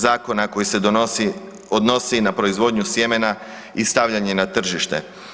Zakona koji se odnosi na proizvodnju sjemena i stavljanje na tržište.